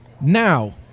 Now